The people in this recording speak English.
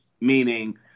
Meaning